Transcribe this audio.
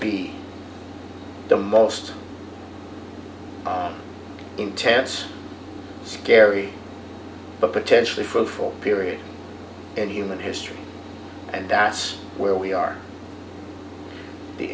be the most intense scary but potentially for for a period in human history and that's where we are the